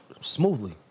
Smoothly